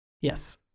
Yes